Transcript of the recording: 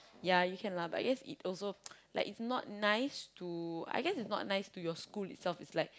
ya you can lah but I guess it also like it's not nice to I guess it's not nice to your school itself it's like